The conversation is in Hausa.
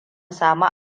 sami